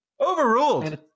overruled